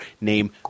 name